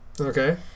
Okay